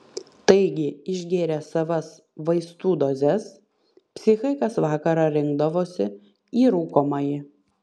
taigi išgėrę savas vaistų dozes psichai kas vakarą rinkdavosi į rūkomąjį